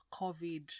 COVID